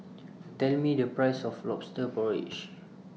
Tell Me The Price of Lobster Porridge